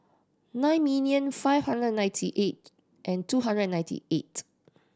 nine million five hundred and ninety eight and two hundred and ninety eight